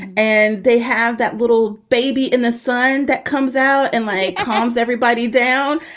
and they have that little baby in the sign that comes out and my calms everybody down.